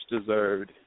deserved